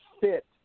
fit